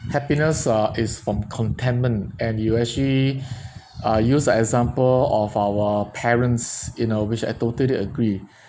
happiness uh is from contentment and you actually uh use an example of our parents in uh which I totally agree